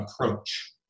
approach